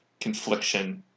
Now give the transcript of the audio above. confliction